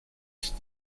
ich